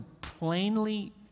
plainly